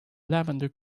lavender